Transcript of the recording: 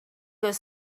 could